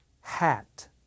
hat